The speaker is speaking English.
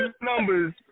numbers